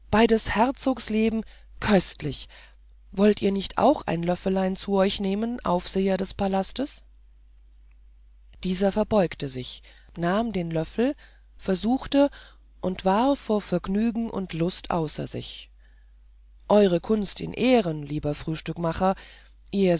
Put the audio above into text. des herzogs leben köstlich wollet ihr nicht auch ein löffelein zu euch nehmen aufseher des palastes dieser verbeugte sich nahm den löffel versuchte und war vor vergnügen und lust außer sich eure kunst in ehren lieber